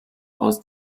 aus